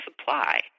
supply